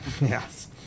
Yes